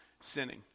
sinning